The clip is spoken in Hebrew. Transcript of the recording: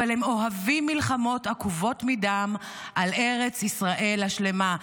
אבל הם אוהבים מלחמות עקובות מדם על ארץ ישראל השלמה".